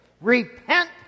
Repent